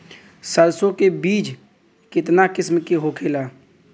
सरसो के बिज कितना किस्म के होखे ला?